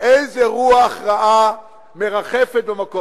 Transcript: איזה רוח רעה מרחפת במקום הזה.